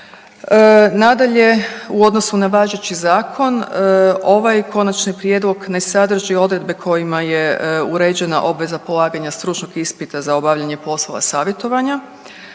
Nadalje, u odnosu na važeći Zakon, ovaj Konačni prijedlog ne sadrži odredbe kojima je uređena obveza polaganja stručnog ispita za obavljanje poslova savjetovanja